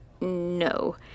No